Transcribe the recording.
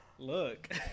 Look